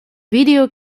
video